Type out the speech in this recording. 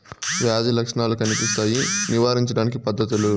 వ్యాధి లక్షణాలు కనిపిస్తాయి నివారించడానికి పద్ధతులు?